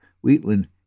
Wheatland